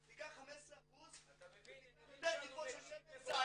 תיקח 15% ותיקח יותר טיפות של שמן זית